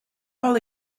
all